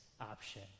option